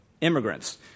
immigrants